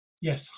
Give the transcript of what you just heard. Yes